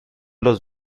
los